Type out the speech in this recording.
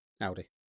Audi